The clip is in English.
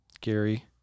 Gary